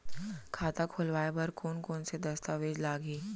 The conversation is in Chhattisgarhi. खाता खोलवाय बर कोन कोन से दस्तावेज लागही?